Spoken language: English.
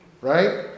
right